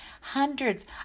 Hundreds